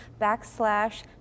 backslash